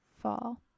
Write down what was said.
fall